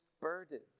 burdens